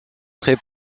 très